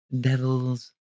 Devil's